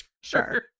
Sure